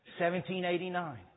1789